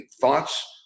thoughts